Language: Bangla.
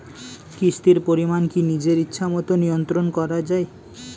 কিস্তির পরিমাণ কি নিজের ইচ্ছামত নিয়ন্ত্রণ করা যায়?